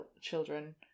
children